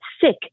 sick